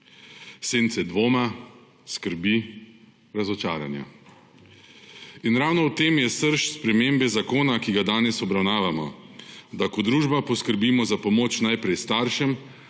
sence dvoma, skrbi, razočaranja. Ravno v tem je srž spremembe zakona, ki ga danes obravnavamo, da kot družba poskrbimo za pomoč najprej staršem